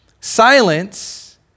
Silence